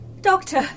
doctor